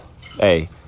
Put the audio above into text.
Hey